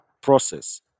process